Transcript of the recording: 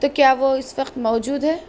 تو کیا وہ اس وقت موجود ہے